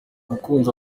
mukunzi